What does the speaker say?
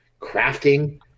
crafting